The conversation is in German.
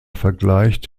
vergleicht